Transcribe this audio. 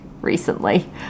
recently